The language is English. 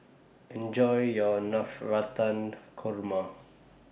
Enjoy your Navratan Korma